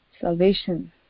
Salvation